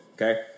Okay